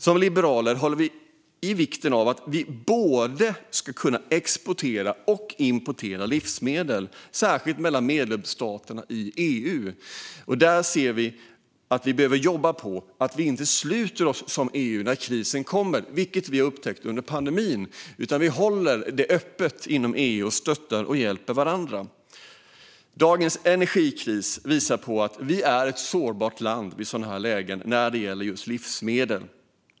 Som liberaler fäster vi vikt vid att vi ska kunna både exportera och importera livsmedel, särskilt mellan medlemsstaterna i EU. Vi ser att vi behöver jobba så att vi inte sluter oss i EU när krisen kommer, vilket vi har upptäckt under pandemin. Vi ska hålla det öppet inom EU och stötta och hjälpa varandra. Dagens energikris visar att vi är ett sårbart land i sådana här lägen när det gäller just livsmedel.